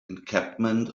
encampment